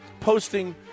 posting